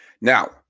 Now